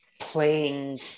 playing